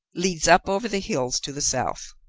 leads up over the hills to the south.